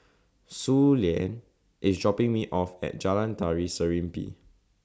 Suellen IS dropping Me off At Jalan Tari Serimpi